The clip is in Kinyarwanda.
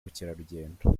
bukerarugendo